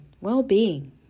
well-being